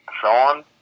Sean